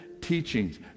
teachings